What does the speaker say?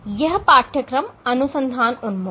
यह पाठ्यक्रम अनुसंधान उन्मुख है